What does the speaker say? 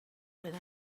roedd